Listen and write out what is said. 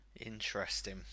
Interesting